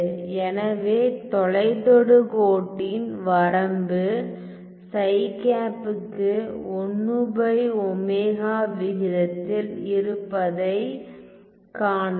எனவே தொலைத் தொடுகோட்டின் வரம்பு க்கு 1ω விகிதத்தில் இருப்பதை காணலாம்